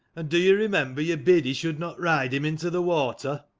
and do you remember you bid he should not ride him into the water?